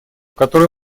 которые